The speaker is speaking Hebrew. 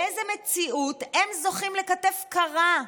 באיזו מציאות הם זוכים לכתף קרה?